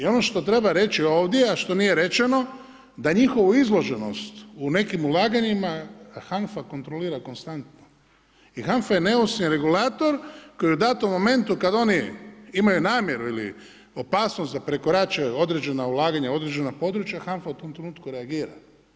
I ono što treba reći ovdje, a što nije rečeno, da njihovu izloženost u nekim ulaganjima HANFA kontrolira konstantno i HANFA je neovisni regulator koji u datom momentu kad oni imaju namjeru ili opasnost da prekorače određena ulaganja, određena područja, HANFA u tom trenutku reagira.